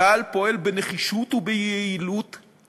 צה"ל פועל בנחישות וביעילות,